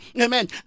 amen